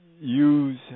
use